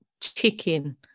chicken